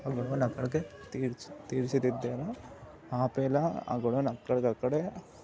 ఆ గొడవని అక్కడికే తీర్చి తీర్చిదిద్దేలా ఆపేలా ఆ గొడవని అక్కడికి అక్కడే